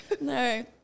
No